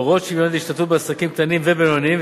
הוראות שוויוניות להשתתפות בעסקים קטנים ובינוניים,